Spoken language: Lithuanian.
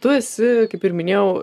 tu esi kaip ir minėjau